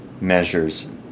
measures